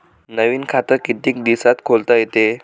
नवीन खात कितीक दिसात खोलता येते?